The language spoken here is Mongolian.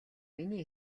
миний